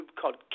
called